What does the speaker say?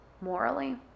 morally